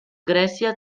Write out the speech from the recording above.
grècia